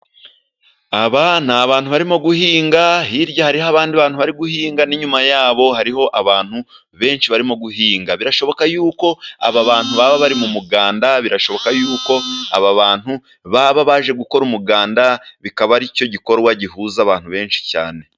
Aba ni abantu barimo guhinga, hirya hariho abandi bantu bari guhinga. N'inyuma yabo hariho abantu benshi barimo guhinga. Birashoboka yuko aba bantu baba bari mu muganda, birashoboka yuko aba bantu baba baje gukora umuganda. Bikaba ari cyo gikorwa gihuza abantu benshi cyane.